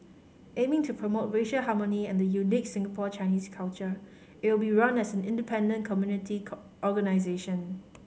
aiming to promote racial harmony and the unique Singapore Chinese culture it will be run as an independent community call organisation